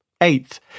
Eighth